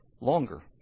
longer